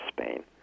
Spain